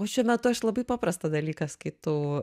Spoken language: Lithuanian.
o šiuo metu aš labai paprastą dalyką skaitau